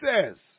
says